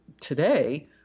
today